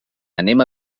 anem